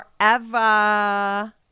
forever